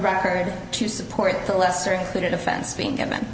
record to support the lesser included offense being given